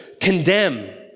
condemn